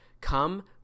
come